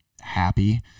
Happy